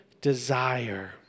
desire